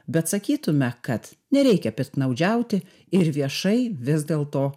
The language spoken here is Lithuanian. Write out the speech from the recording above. bet sakytume kad nereikia piktnaudžiauti ir viešai vis dėl to